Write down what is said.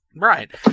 Right